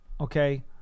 okay